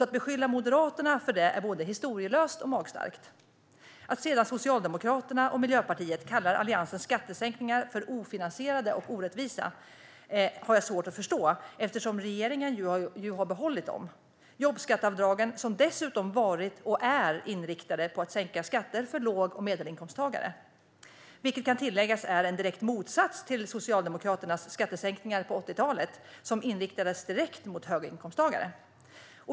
Att beskylla Moderaterna för det är både historielöst och magstarkt. Att Socialdemokraterna och Miljöpartiet kallar Alliansens skattesänkningar för ofinansierade och orättvisa har jag svårt att förstå, eftersom regeringen har behållit dem. Jobbskatteavdragen har dessutom varit och är inriktade på att sänka skatter för låg och medelinkomsttagare, vilket kan tilläggas är en direkt motsats till Socialdemokraternas skattesänkningar på 80-talet, som inriktades direkt mot höginkomsttagare.